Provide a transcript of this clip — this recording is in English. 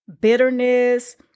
bitterness